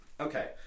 Okay